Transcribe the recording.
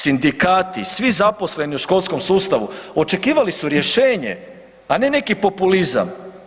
Sindikati svi zaposleni u školskom sustavu očekivali su rješenje, a ne neki populizam.